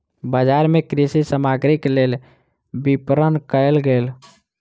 बजार मे कृषि सामग्रीक लेल विपरण कयल गेल